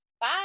Bye